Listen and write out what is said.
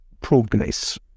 progress